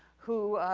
who,